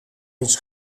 eens